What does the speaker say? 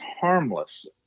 harmless